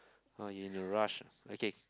oh you in a rush okay